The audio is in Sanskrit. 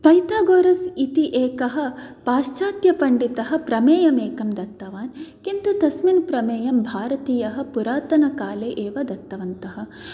पैथागोरस् इति एकः पाश्चात्य पण्डितः प्रमेयं एकं दत्तवान् किन्तु तस्मिन् प्रमेयं भारतीयः पुरातनकाले एव दत्तवन्तः